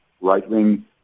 right-wing